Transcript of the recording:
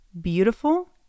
beautiful